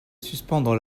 suspendre